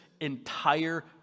entire